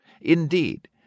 Indeed